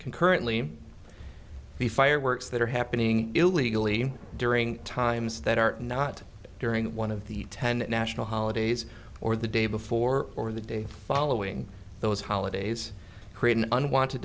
concurrently the fireworks that are happening illegally during times that are not during one of the ten national holidays or the day before or the day following those holidays create an unwanted